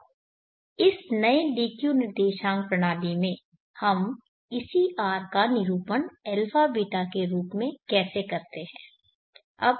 अब इस नई D Q निर्देशांक प्रणाली में हम इसी R का निरूपण α β के रूप में कैसे करते हैं